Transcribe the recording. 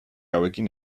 hauekin